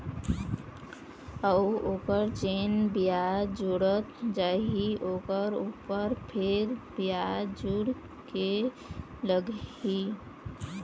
अऊ ओखर जेन बियाज जुड़त जाही ओखर ऊपर फेर बियाज जुड़ के लगही